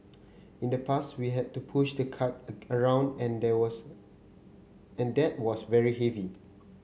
in the past we had to push the cart around and there was and that was very heavy